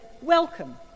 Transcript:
welcome